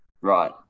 right